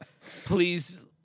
Please